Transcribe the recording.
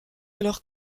alors